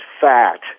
fat